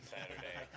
Saturday